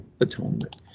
atonement